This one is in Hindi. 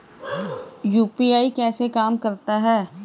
यू.पी.आई कैसे काम करता है?